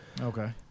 Okay